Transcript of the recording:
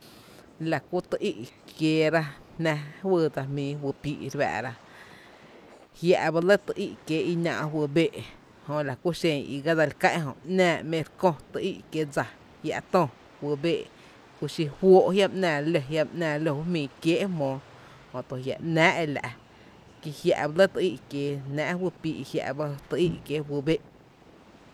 La kú tý í’ kieera jná fyy dsa jmíií kí fyy píí’ re fáá’ra, jiä’ ba lɇ tý í’ kiee’ i náá’ fyy bee’ jö la kú xen i ga dse lí ká’n jö ‘náá mi’ re kö tý í’ kié’ dsa jia’töö juyy bee’, kuxi juóó’ jiama ‘náa re ló, jiama ‘náá re ló ju jmíií kiéé’ jmóó, jötu jia’ ‘náá’ e la’ ki jia’ ba lɇ tý í’ kieejná’ fyy píí’, i jia’ ba lɇ tý í’ kiee’ fyy bee’.